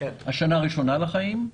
השנה הראשונה לחיים,